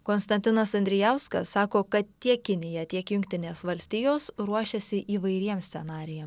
konstantinas andrijauskas sako kad tiek kinija tiek jungtinės valstijos ruošiasi įvairiems scenarijam